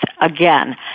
again